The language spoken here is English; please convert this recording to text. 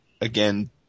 again